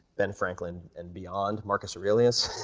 ben franklin and beyond, marcus aurelius,